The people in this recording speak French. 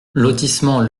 lotissement